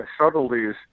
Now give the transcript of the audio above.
subtleties